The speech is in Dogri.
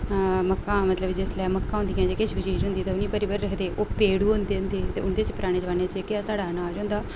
मक्कां मतलव जिसलै मक्कां होंदियां ते मतलव किश बी चीजां होन उनें भरी भरियै रखदे ओह् भेडु होंदे उंदे च पराने जमाने च जेह्का साढ़ा अनाज होंदा हा